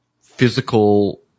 physical